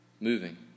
moving